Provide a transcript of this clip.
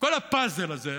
כל הפאזל הזה,